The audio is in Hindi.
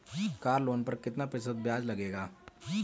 कार लोन पर कितना प्रतिशत ब्याज लगेगा?